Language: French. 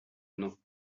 non